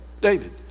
David